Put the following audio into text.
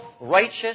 righteous